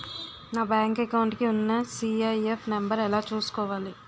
నా bank account కి ఉన్న సి.ఐ.ఎఫ్ నంబర్ ఎలా చూసుకోవాలి?